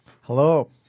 Hello